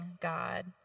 God